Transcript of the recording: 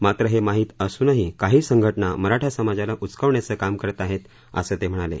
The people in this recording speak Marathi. मात्र हे माहीत असून काही संघटना मराठा समाजाला उचकवण्याचं काम करत आहेत असं ते म्हणाले